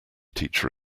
teacher